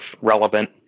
relevant